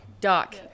Doc